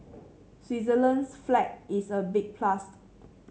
Switzerland's flag is a big plus